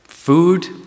Food